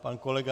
Pan kolega